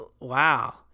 Wow